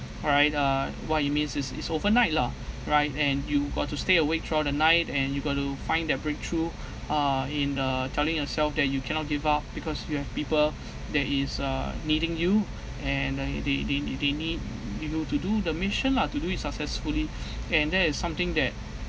all right uh what it means is is overnight lah right and you got to stay awake throughout the night and you got to find that breakthrough uh in uh telling yourself that you cannot give up because you have people that is uh needing you and I they they n~ they need you to do the mission lah to do it successfully and that is something that